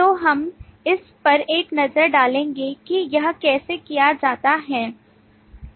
तो हम इस पर एक नज़र डालेंगे कि यह कैसे किया जाता है